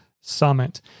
summit